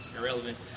irrelevant